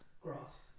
grass